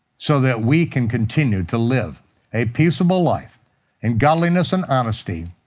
so that we can continue to live a peaceable life in godliness and honesty,